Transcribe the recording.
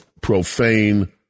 Profane